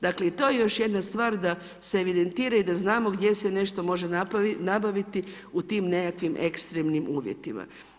Dakle i to je još jedna stvar da se evidentira da znamo gdje se nešto može nabaviti u tim nekakvim ekstremnim uvjetima.